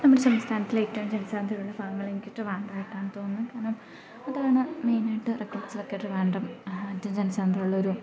നമ്മുടെ സംസ്ഥാനത്തിലെ ഏറ്റവും ജനസാന്ദ്രതയുള്ള ഭാഗങ്ങൾ എനിക്ക് ട്രിവാൻട്രമായിട്ടാണ് തോന്നുന്നു കാരണം നമുക്കു തന്നെ മെയിനായിട്ട് റെക്കോർഡ്സിലൊക്കെ ട്രിവാൻഡ്രം ഏറ്റും ജനസാന്ദ്രയുള്ളൊരു